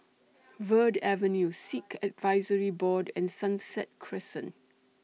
Verde Avenue Sikh Advisory Board and Sunset Crescent